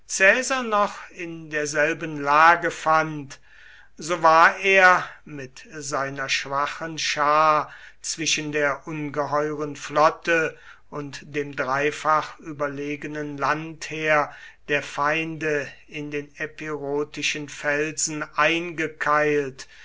noch in derselben lage fand so war er mit seiner schwachen schar zwischen der ungeheuren flotte und dem dreifach überlegenen landheer der feinde in den epirotischen felsen eingekeilt